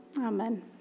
amen